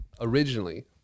originally